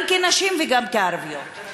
גם כנשים וגם כערביות?